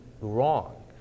wrong